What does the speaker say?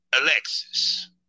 Alexis